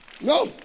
No